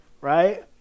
right